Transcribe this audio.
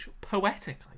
poetic